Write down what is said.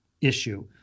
issue